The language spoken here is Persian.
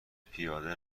پیاده